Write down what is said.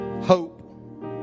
hope